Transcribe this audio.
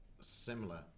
similar